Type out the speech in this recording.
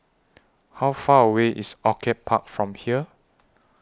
How Far away IS Orchid Park from here